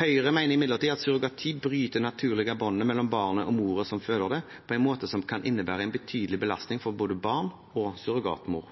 Høyre mener imidlertid at surrogati bryter det naturlige båndet mellom barnet og moren som føder det, på en måte som kan innebære en betydelig belastning for både barn og surrogatmor.